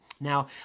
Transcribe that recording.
Now